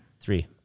Three